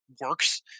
works